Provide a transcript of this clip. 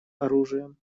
оружием